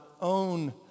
own